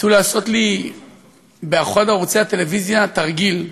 ניסו לעשות לי באחד מערוצי הטלוויזיה תרגיל,